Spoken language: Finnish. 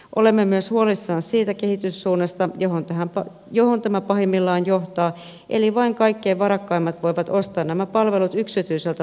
olemme myös huolissamme siitä kehityssuunnasta johon tämä pahimmillaan johtaa että vain kaikkein varakkaimmat voivat ostaa nämä palvelut yksityiseltä palveluntuottajalta